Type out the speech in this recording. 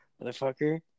motherfucker